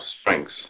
strengths